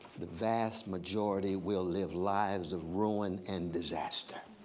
the vast majority will live lives of ruin and disaster.